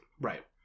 right